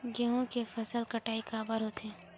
गेहूं के फसल कटाई काबर होथे?